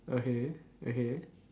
okay okay